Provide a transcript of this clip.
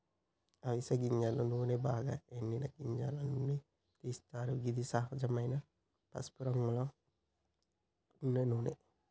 అవిస గింజల నూనెను బాగ ఎండిన గింజల నుండి తీస్తరు గిది సహజమైన పసుపురంగులో ఉండే నూనె